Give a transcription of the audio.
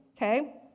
Okay